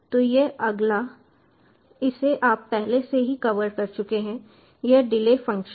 तो यह अगला इसे आप पहले से ही कवर कर चुके हैं यह डिले फंक्शन